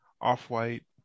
off-white